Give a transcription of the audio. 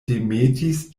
demetis